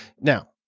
now